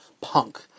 punk